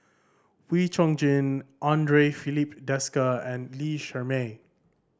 Wee Chong Jin Andre Filipe Desker and Lee Shermay